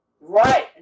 Right